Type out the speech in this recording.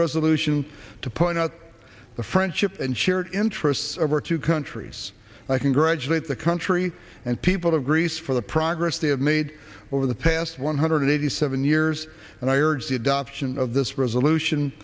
resolution to point out the friendship and shared interests of our two countries i congratulate the country and people of greece for the progress they have made over the past one hundred eighty seven years and i urge the adoption of this resolution